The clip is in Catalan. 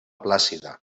plàcida